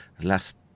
last